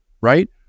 right